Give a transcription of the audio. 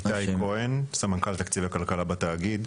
איתי כהן, סמנכ"ל תקציב וכלכלה בתאגיד.